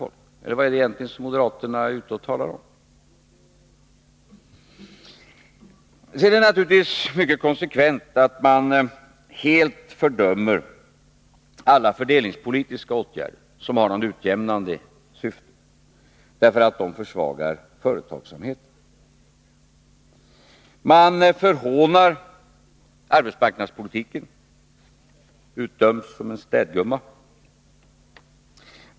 Eller vad är moderaterna egentligen ute och talar om? Sedan är det naturligtvis konsekvent att man helt fördömer alla fördelningspolitiska åtgärder som har ett utjämnande syfte, eftersom de skulle försvaga företagsamheten. Man förhånar arbetsmarknadspolitiken. Den utdöms som städgumma.